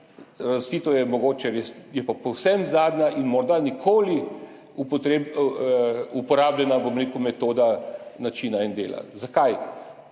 sito je mogoče res povsem zadnja in morda nikoli uporabljena metoda načina in dela. Zakaj?